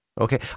Okay